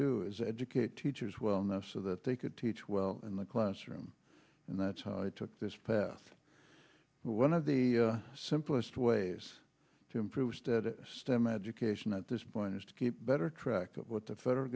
do is educate teachers well enough so that they could teach well in the classroom and that's how i took this path one of the simplest ways to improve stem education at this point is to keep better track of what the federal